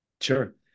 Sure